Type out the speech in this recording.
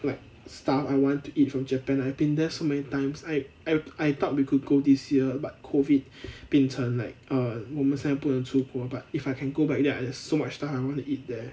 like stuff I want to eat from japan I've been there so many times I I I thought we could go this year but COVID 变成 like err 我们现在不能出国 but if I can go back there I have so much stuff I wanna eat there